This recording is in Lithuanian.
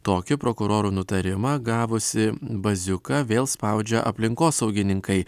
tokiu prokuroro nutarimą gavusi baziuką vėl spaudžia aplinkosaugininkai